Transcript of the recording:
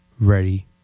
ready